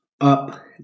Up